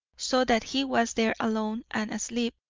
saw that he was there alone and asleep,